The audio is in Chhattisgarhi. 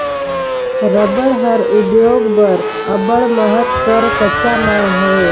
रबड़ हर उद्योग बर अब्बड़ महत कर कच्चा माल हवे